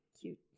cute